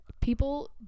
People